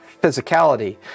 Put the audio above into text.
physicality